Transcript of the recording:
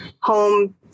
home